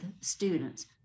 students